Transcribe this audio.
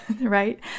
right